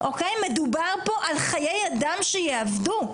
מדובר פה על חיי אדם שיאבדו.